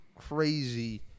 crazy